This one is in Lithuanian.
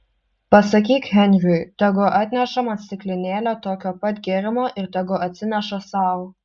pasakyk henriui tegu atneša man stiklinėlę tokio pat gėrimo ir tegu atsineša sau